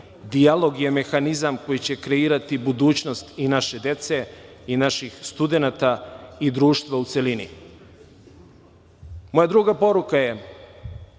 Dijalog je mehanizam koji će kreirati budućnost i naše dece i naših studenata i društva u celini. Moja druga poruka je,